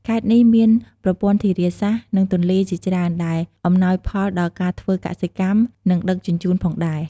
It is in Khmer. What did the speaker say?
ខេត្តនេះមានប្រព័ន្ធធារាសាស្ត្រ និងទន្លេជាច្រើនដែលអំណោយផលដល់ការធ្វើកសិកម្ម និងដឹកជញ្ជូនផងដែរ។